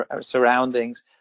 surroundings